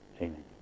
amen